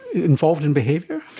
involved in behaviour?